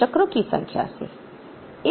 चक्रों की संख्या से